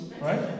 right